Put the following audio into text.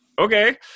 okay